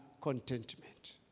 contentment